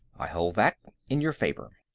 i hold that in your favor.